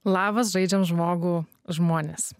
labas žaidžiam žmogų žmonės